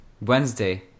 Wednesday